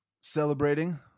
Celebrating